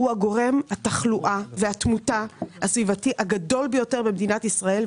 הוא הגורם התחלואה והתמותה הסביבתי הגדול ביותר במדינת ישראל.